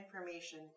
information